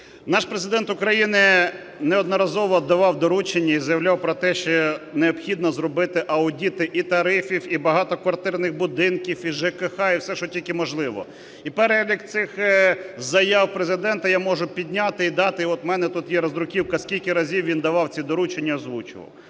Наш Президент України неодноразово давав доручення і заявляв про те, що необхідно зробити аудити і тарифів, і багатоквартирних будинків, і ЖКГ, і все, що тільки можливо. І перелік цих заяв Президента я можу підняти і дати, от в мене тут є роздруківка, скільки разів він давав ці доручення, озвучував.